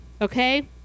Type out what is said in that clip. okay